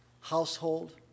household